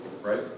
right